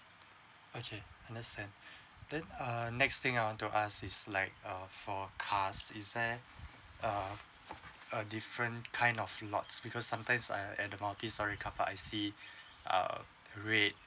okay understand then uh next thing I want to ask is like uh for cars is there uh a different kind of lots because sometimes I at the multi storey carpark I see uh red